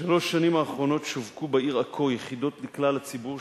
בשלוש השנים האחרונות שווקו בעיר עכו יחידות לכלל הציבור,